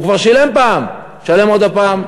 הוא כבר שילם פעם, תשלם עוד פעם.